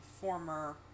former